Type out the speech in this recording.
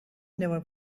never